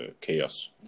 Chaos